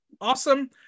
awesome